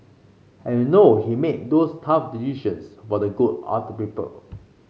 and you know he made those tough decisions for the good of the people